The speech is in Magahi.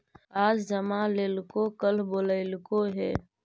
आज जमा लेलको कल बोलैलको हे?